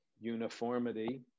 uniformity